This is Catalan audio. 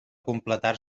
completar